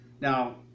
Now